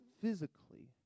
physically